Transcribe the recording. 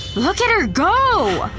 look at her go!